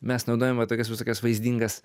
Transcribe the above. mes naudojam va tokias visokias vaizdingas